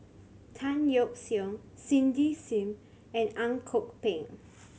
Tan Yeok Seong Cindy Sim and Ang Kok Peng